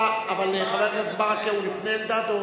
חבר הכנסת ברכה הוא לפני אלדד?